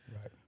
Right